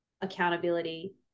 accountability